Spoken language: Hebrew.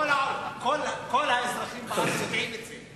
כל האזרחים בארץ יודעים את זה.